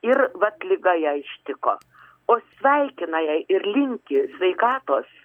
ir vat liga ją ištiko o sveikina jai ir linki sveikatos